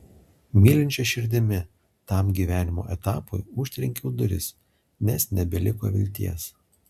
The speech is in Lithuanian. mylinčia širdimi tam gyvenimo etapui užtrenkiau duris nes nebeliko vilties